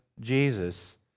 Jesus